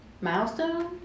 milestone